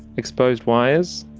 exposed wires,